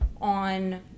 On